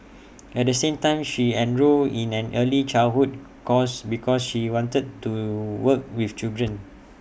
at the same time she enrolled in an early childhood course because she wanted to work with children